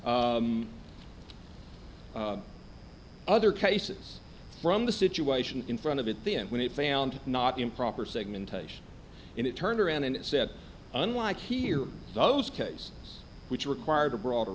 distinguished other cases from the situation in front of it then when it found not improper segmentation and it turned around and said unlike here those case which required a broader